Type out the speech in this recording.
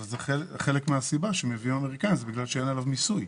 אבל חלק מהסיבה שמביאים אמריקאים זה בגלל עליו מיסוי.